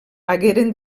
hagueren